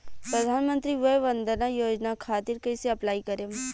प्रधानमंत्री वय वन्द ना योजना खातिर कइसे अप्लाई करेम?